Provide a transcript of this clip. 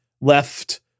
left